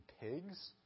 pigs